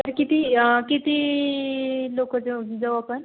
तं किती किती लोकं जाऊ जाऊ आपण